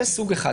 זה סוג אחד.